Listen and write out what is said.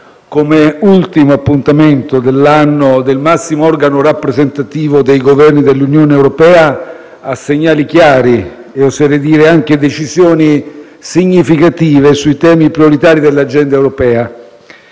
come ultimo appuntamento dell'anno del massimo organo rappresentativo dei Governi dell'Unione europea, a segnali chiari e oserei dire anche a decisioni significative sui temi prioritari dell'agenda europea.